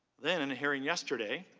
then in a hearing yesterday,